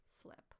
slip